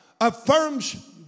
affirms